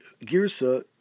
girsa